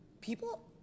people